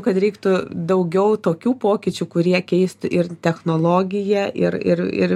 kad reiktų daugiau tokių pokyčių kurie keist ir technologiją ir ir ir